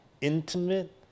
intimate